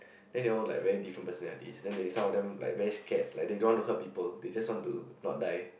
then they all like very different personalities then they some of them like very scared like they don't want to hurt people they just want to not die